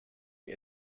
wie